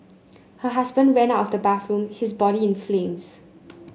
her husband ran out of the bathroom his body in flames